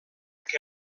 que